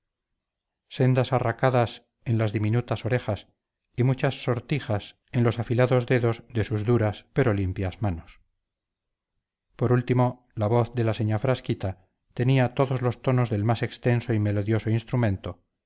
sendas arracadas en las diminutas orejas y muchas sortijas en los afilados dedos de sus duras pero limpias manos por último la voz de la señá frasquita tenía todos los tonos del más extenso y melodioso instrumento